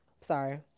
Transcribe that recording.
sorry